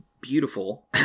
beautiful